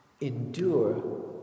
endure